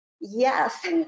Yes